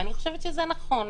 ואני חושבת שזה נכון.